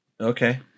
Okay